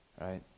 right